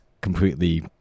completely